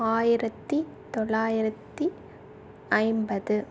ஆயிரத்தி தொள்ளாயிரத்தி ஐம்பது